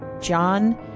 John